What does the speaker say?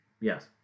Yes